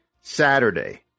Saturday